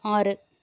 ஆறு